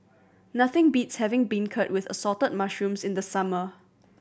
nothing beats having beancurd with Assorted Mushrooms in the summer